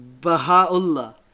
Baha'ullah